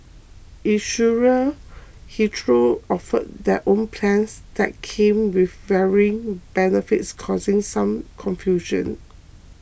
insurers hitherto offered their own plans that came with varying benefits causing some confusion